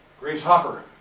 grace hopper,